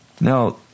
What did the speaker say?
Now